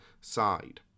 side